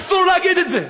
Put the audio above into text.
אסור להגיד את זה,